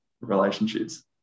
relationships